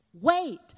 Wait